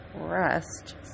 rest